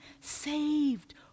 saved